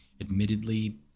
Admittedly